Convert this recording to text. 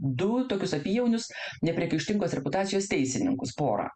du tokius apyjaunius nepriekaištingos reputacijos teisininkus porą